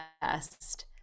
best